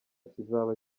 kizaba